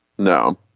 no